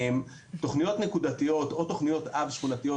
לגבי תוכניות נקודתיות או תוכניות אב שכונתיות,